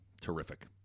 Terrific